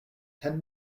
ten